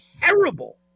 terrible